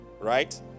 right